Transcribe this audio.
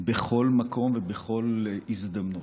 בכל מקום ובכל הזדמנות.